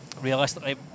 realistically